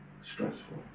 Stressful